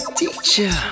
teacher